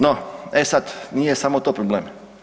No, e sad nije samo to problem.